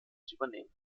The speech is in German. übernehmen